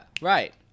Right